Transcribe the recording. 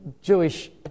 Jewish